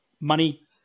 money